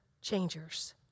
changers